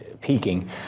peaking